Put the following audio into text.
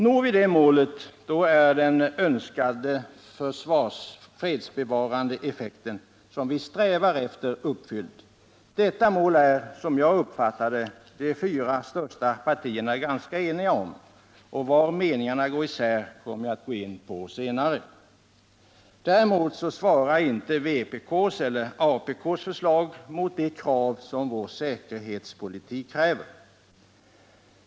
Når vi det målet är den fredsbevarande effekt som vi strävar efter uppnådd. Detta mål är, som jag uppfattar det, de fyra största partierna ganska eniga om. Var meningarna går isär kommer jag in på senare. Däremot svarar inte vpk:s och apk:s förslag mot de krav som vår säkerhetspolitik ställer.